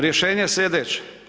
Rješenje je slijedeće.